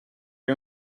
you